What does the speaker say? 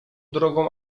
drogą